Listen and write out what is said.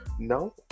Now